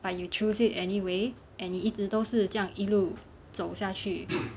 but you chose it anyway and 你一直都是这样一路走下去